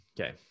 Okay